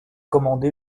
commandé